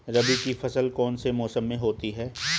रबी की फसल कौन से मौसम में होती है?